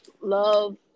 love